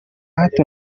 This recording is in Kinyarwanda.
hato